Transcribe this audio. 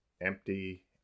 Empty